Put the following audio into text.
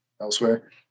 elsewhere